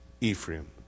Ephraim